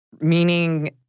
meaning